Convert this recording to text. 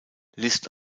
list